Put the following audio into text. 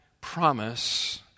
promise